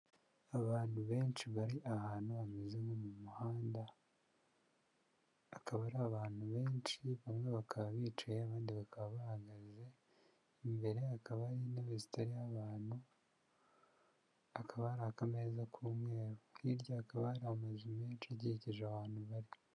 Abantu benshi bari ahantu hameze nko mu muhanda, akaba ari abantu benshi, bamwe bakaba bicaye abandi bakaba bahagaze, imbere hakaba hari intebe zitariho abantu, hakaba hari akameza k'umweru, hirya hakaba hari amazu menshi agerekeje aho hantu bari.